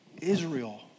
Israel